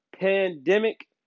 pandemic